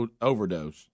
overdose